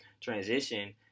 transition